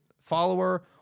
follower